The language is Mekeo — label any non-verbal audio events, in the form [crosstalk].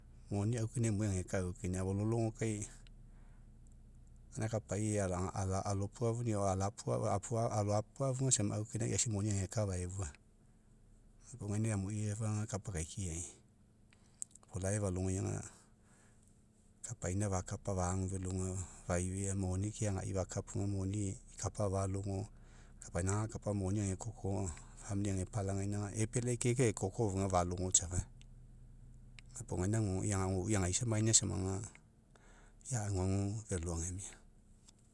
Moni aufakina emuai ageka aufakina afaolologo kai gae kapai [hesitation] alapuafuga samagai aufakina ia eaisai moni ageka afaefua. Puo gaina amui aga kapa akaikiai, life alogai aga kapaina fakapa fagu felo aga, faifea moni keagai fakapuga moni ikapa falogo kapaina agakapa moni agekoko famili agepalagaina aga epealai ke ekoko afuga falogo safa, gapuo gaina aguaguai agaisa mainia samaga, ia aguagu felo agemia.